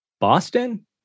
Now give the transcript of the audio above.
Boston